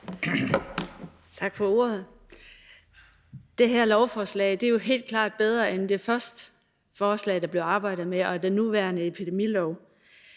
Tak for ordet. Det her lovforslag er jo helt klart bedre end det første forslag, der blev arbejdet med, og den nuværende epidemilov.